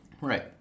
Right